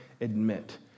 admit